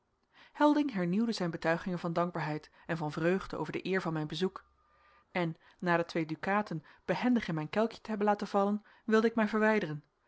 helding hernieuwde zijn betuigingen van dankbaarheid en van vreugde over de eer van mijn bezoek en na de twee dukaten behendig in mijn kelkje te hebben laten vallen wilde ik mij verwijderen